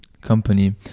company